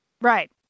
Right